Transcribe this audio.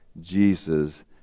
Jesus